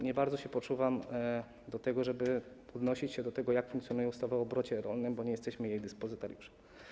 Nie bardzo się poczuwam do tego, żeby odnosić się do tego, jak funkcjonuje ustawa o obrocie rolnym, bo nie jesteśmy jej depozytariuszem.